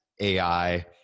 ai